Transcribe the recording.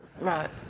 Right